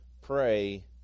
pray